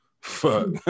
Fuck